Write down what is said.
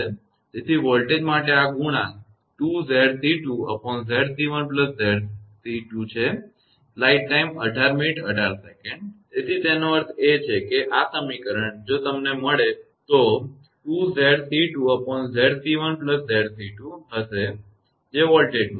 તેથી વોલ્ટેજ માટે આ ગુણાંક 2𝑍𝑐2 𝑍𝑐1𝑍𝑐2 છે તેનો અર્થ એ કે આ સમીકરણ જો તમને મળે તો તે 2𝑍𝑐2 𝑍𝑐1𝑍𝑐2 હશે જે વોલ્ટેજ માટે છે